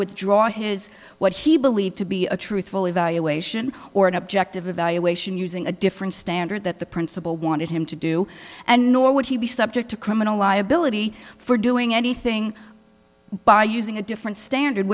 withdraw his what he believed to be a truthful evaluation or an objective evaluation using a different standard that the principal wanted him to do and nor would he be subject to criminal liability for doing anything by using a different standard